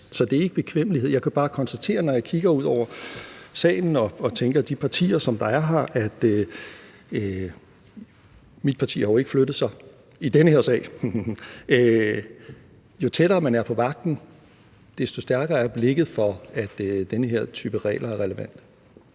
Så det er ikke bekvemmelighed. Jeg kan bare konstatere, når jeg kigger ud over salen og tænker på, hvilke partier der er her – og mit parti har jo ikke flyttet sig i dén her sag, høhø – at jo tættere man er på magten, desto stærkere er blikket for, at den her type regler er relevant.